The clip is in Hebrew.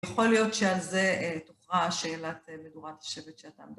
יכול להיות שעל זה תוכרע שאלת מדורת השבט שאתה מדבר.